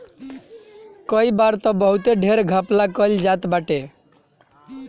कई बार तअ बहुते ढेर घपला कईल जात बाटे